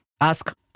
ask